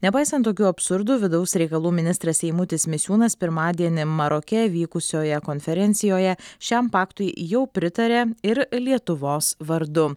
nepaisant tokių absurdų vidaus reikalų ministras eimutis misiūnas pirmadienį maroke vykusioje konferencijoje šiam paktui jau pritarė ir lietuvos vardu